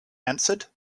answered